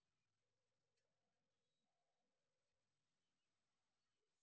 Brazil అతిపెద్ద coffee ఎగుమతి చేసే దేశంగా ఉందని చెబుతున్నారు